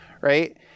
Right